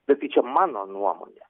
bet tai čia mano nuomonė